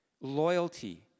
loyalty